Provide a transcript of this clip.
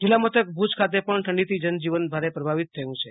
જિલ્લામથક ભુજ ખાતે પણ ઠંડીથી જનજીવન ભારે પ્રભાવિત થયું છે